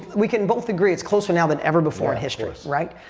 we can both agree it's closer now than ever before in history, right?